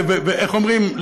ואיך אומרים,